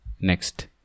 Next